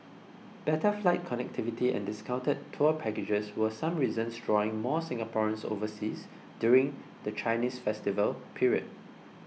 better flight connectivity and discounted tour packages were some reasons drawing more Singaporeans overseas during the Chinese festive period